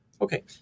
Okay